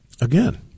Again